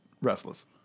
restless